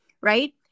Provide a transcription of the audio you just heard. right